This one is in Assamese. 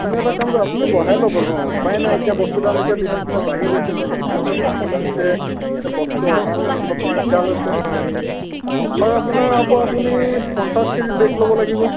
আপুনি এটা কাম কৰক আপোনিও বঢ়াই ল'ব ন উপায় নাই এতিয়া বস্তুৰ দাম এতিয়া দিনক দিনে বাঢ়ি গৈছে ন এতিয়া য'ত ত'ত পানী হৈছে বস্তু অনা নিয়াত অলপ দিগদাৰ হৈছে অফাৰ আপোনাৰ হ'ব আপুনি পঞ্চাছ কেজিৰ বেগ ল'ব লাগিব